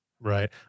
Right